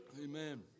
Amen